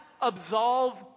absolve